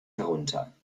herunter